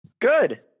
Good